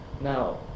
now